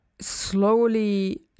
slowly